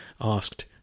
asked